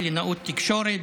קלינאות תקשורת,